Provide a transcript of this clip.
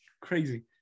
crazy